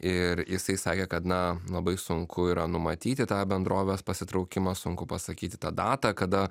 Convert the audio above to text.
ir jisai sakė kad na labai sunku yra numatyti tą bendrovės pasitraukimą sunku pasakyti tą datą kada